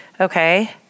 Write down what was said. Okay